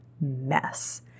mess